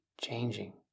changing